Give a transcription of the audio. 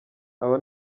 aba